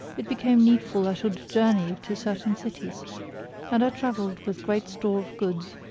it became needful i should journey to certain cities and i travelled with great store of goods.